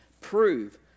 prove